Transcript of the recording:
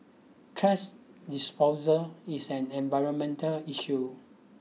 trash disposal is an environmental issue